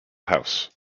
house